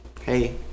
hey